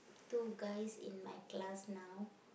two guys in my class now